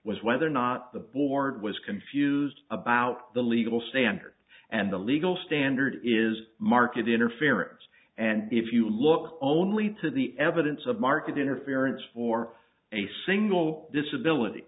was whether or not the board was confused about the legal standard and the legal standard is market interference and if you look only to the evidence of market interference for a single disability